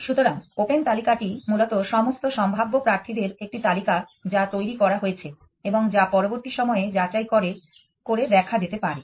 সুতরাং ওপেন তালিকাটি মূলত সমস্ত সম্ভাব্য প্রার্থীদের একটি তালিকা যা তৈরি করা হয়েছে এবং যা পরবর্তী সময়ে যাচাই করে দেখা যেতে পারে